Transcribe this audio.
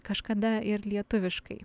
kažkada ir lietuviškai